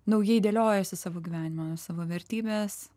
naujai dėliojasi savo gyvenimą savo vertybes